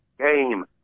Game